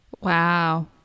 Wow